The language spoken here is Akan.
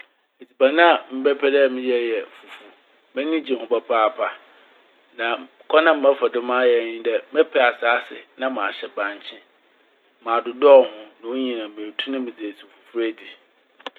Edziban a mebɛpɛ dɛ meyɛ yɛ fufu. M'enyi gye ho papaapa. Na kwan a mebɛfa do mayɛ nye dɛ mɛpɛ asaase na mahyɛ bankye, madodɔw ho na onyin a metu na medze esiw fufu edzi.